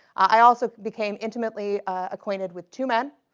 i also became intimately acquainted with two men.